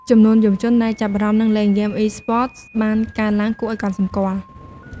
ចំនួនយុវជនដែលចាប់អារម្មណ៍ និងលេងហ្គេម Esports បានកើនឡើងគួរឲ្យកត់សម្គាល់។